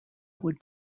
would